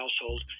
household